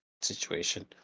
situation